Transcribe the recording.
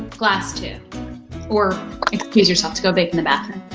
glass two or excuse yourself to go bathe in the bathroom